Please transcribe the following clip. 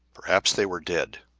perhaps they were dead.